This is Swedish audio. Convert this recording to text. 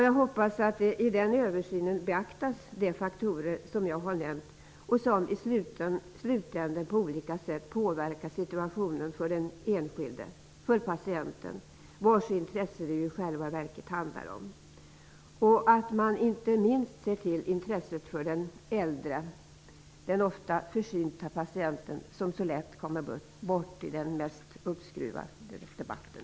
Jag hoppas att man i den översynen beaktar de faktorer som jag har nämnt och som i slutändan på olika sätt påverkar situationen för den enskilde, för patienten, vars intresse det i själva verket handlar om, och att man inte minst ser till intresset för den äldre, den ofta försynta patienten som så lätt kommer bort i den mest uppskruvade debatten.